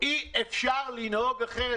אי אפשר לנהוג אחרת.